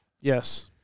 Yes